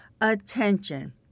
attention